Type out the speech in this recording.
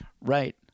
Right